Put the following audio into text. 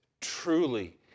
truly